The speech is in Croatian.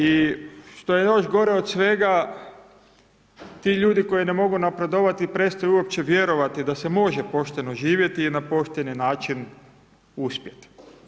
I što je još gore od svega ti ljudi koji ne mogu napredovati prestaju uopće vjerovati da se može pošteno živjeti i na pošteni način uspjeti.